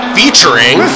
featuring